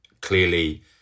Clearly